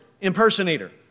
impersonator